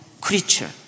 creature